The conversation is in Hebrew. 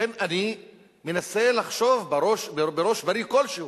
לכן אני מנסה לחשוב, בראש בריא כלשהו,